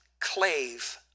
clave